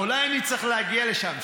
אולי נצטרך להגיע לשם.